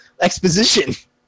exposition